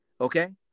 okay